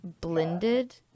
blended